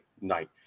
night